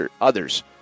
others